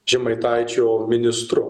žemaitaičio ministru